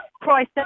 price